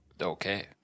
Okay